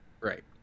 right